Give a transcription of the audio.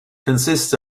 consists